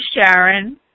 Sharon